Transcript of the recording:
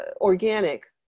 Organic